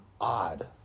odd